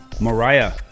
Mariah